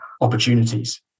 opportunities